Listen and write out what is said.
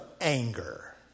anger